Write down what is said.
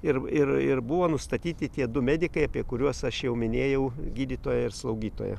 ir ir ir buvo nustatyti tie du medikai apie kuriuos aš jau minėjau gydytoja ir slaugytoja